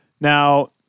Now